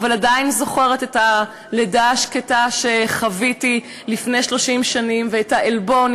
אבל עדיין זוכרת את הלידה השקטה שחוויתי לפי 30 שנים ואת העלבון".